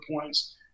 points